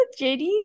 JD